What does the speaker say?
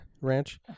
Ranch